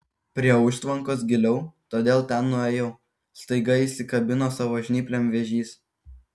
prie užtvankos giliau todėl ten nuėjau staiga įsikabino savo žnyplėm vėžys